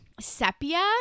sepia